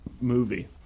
movie